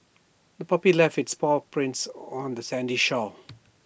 the puppy left its paw prints on the sandy shore